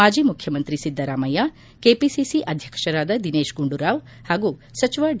ಮಾಜಿ ಮುಖ್ಯಮಂತ್ರಿ ಸಿದ್ದರಾಮಯ್ಯ ಕೆಪಿಸಿಸಿ ಅಧ್ಯಕ್ಷರಾದ ದಿನೇತ್ ಗುಂಡೂರಾವ್ ಹಾಗೂ ಸಚಿವ ಡಿ